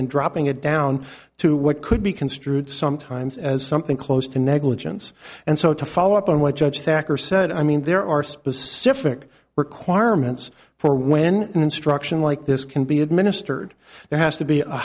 and dropping it down to what could be construed sometimes as something close to negligence and so to follow up on what judge that are said i mean there are specific requirements for when an instruction like this can be administered there has to be a